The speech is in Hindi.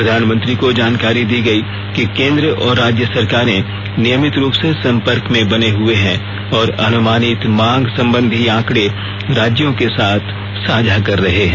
प्रधानमंत्री को जानकारी दी गई कि केंद्र और राज्य सरकारें नियमित रूप से संपर्क में बने हुए हैं और अनुमानित मांग संबंधी आंकड़े राज्यों के साथ साझा कर रहे हैं